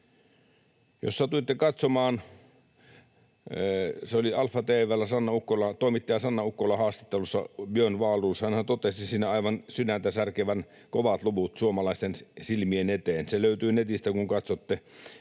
Jos satuitte katsomaan, kun AlfaTV:llä toimittaja Sanna Ukkolan haastattelussa oli Björn Wahlroos, niin hänhän totesi siinä aivan sydäntäsärkevän kovat luvut suomalaisten silmien eteen. Se löytyy netistä, kun katsotte